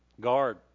guard